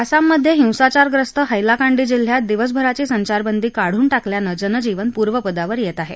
आसाममध्ये हिंसाचारग्रस्त हक्कीकांडी जिल्ह्यात दिवसभराची संचारबंदी काढून टाकल्याने जनजीवन पूर्वपदावर येत आहे